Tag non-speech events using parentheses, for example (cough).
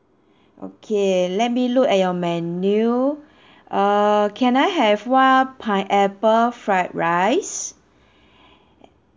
okay let me look at your menu (breath) err can I have one pineapple fried rice (breath)